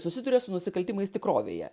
susiduria su nusikaltimais tikrovėje